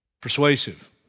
persuasive